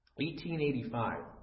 1885